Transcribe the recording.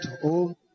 home